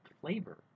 flavor